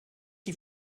die